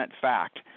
fact